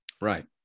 right